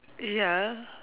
ya